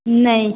नहीं